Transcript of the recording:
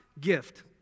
gift